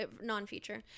non-feature